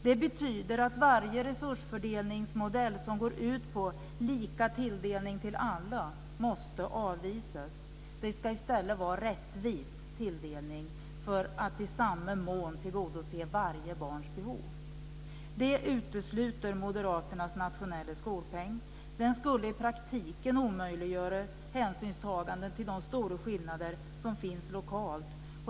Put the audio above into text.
Det betyder att varje resursfördelningsmodell som går ut på lika tilldelning till alla måste avvisas. Det ska i stället vara rättvis tilldelning för att i samma mån tillgodose varje barns behov. Den skulle i praktiken omöjliggöra hänsynstagande till de stora skillnader som finns lokalt.